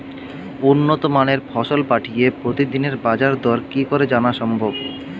উন্নত মানের ফসল পাঠিয়ে প্রতিদিনের বাজার দর কি করে জানা সম্ভব?